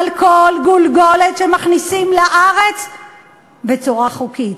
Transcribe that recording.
על כל גולגולת שמכניסים לארץ בצורה חוקית.